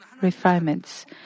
refinements